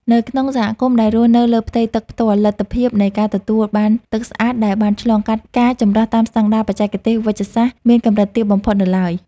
នៅក្នុងសហគមន៍ដែលរស់នៅលើផ្ទៃទឹកផ្ទាល់ លទ្ធភាពនៃការទទួលបានទឹកស្អាតដែលបានឆ្លងកាត់ការចម្រោះតាមស្តង់ដារបច្ចេកទេសវេជ្ជសាស្ត្រ មានកម្រិតទាបបំផុតនៅឡើយ។